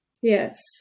Yes